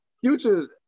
Future